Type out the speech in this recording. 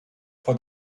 for